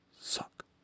suck